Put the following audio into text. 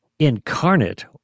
incarnate